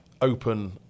open